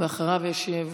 ואחריו ישיב